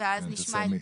התגמולים?